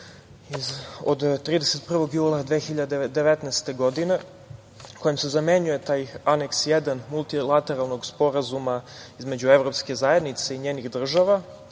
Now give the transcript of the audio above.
od 31. jula 2019. godine, kojim se zamenjuje taj Aneks 1 Multilateralnog sporazuma između Evropske zajednice i njenih država,